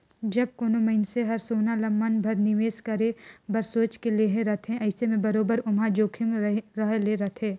जब कोनो मइनसे हर सोना ल मन भेर निवेस करे बर सोंएच के लेहे रहथे अइसे में बरोबेर ओम्हां जोखिम रहले रहथे